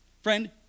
Friend